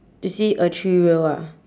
you see a three wheel ah